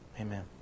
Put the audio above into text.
Amen